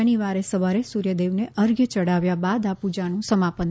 શનિવારે સવારે સૂર્યદેવને અર્ધ ચઢાવ્યા બાદ આ પૂજાનું સમાપન થશે